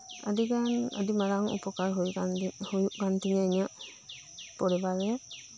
ᱟᱹᱰᱤᱜᱟᱱ ᱟᱹᱰᱤ ᱢᱟᱨᱟᱝ ᱩᱯᱚᱠᱟᱨ ᱦᱩᱭᱟᱠᱟᱱ ᱦᱩᱭᱩᱜ ᱠᱟᱱᱛᱤᱧᱟᱹ ᱤᱧᱟᱹᱜ ᱯᱚᱨᱤᱵᱟᱨ ᱨᱮ